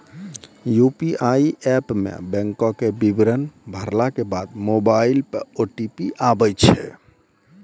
UPI app मे बैंको के विबरण भरला के बाद मोबाइल पे ओ.टी.पी आबै छै